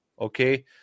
okay